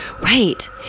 Right